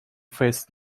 phase